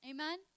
Amen